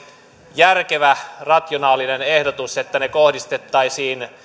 järkevä rationaalinen ehdotus että ne kohdistettaisiin